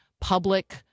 public